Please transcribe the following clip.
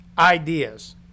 ideas